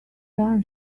run